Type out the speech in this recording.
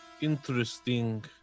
Interesting